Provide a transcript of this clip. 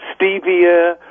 stevia